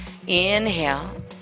Inhale